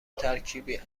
ترکیبی